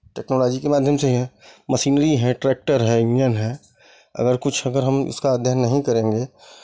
technology के माध्यम से ही है मशीनरी है ट्रैक्टर है इंजन है अगर कुछ अगर हम इसका अध्ययन नहीं करेंगे